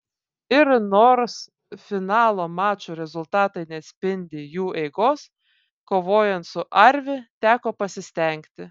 ir nors finalo mačų rezultatai neatspindi jų eigos kovojant su arvi teko pasistengti